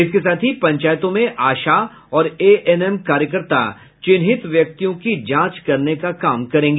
इसके साथ ही पंचायतों में आशा और एएनएम कार्यकर्ता चिन्हित व्यक्तियों की जांच करने का काम करेगी